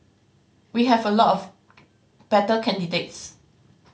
we have a lot of better candidates